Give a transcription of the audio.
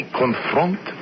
confront